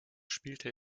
spielte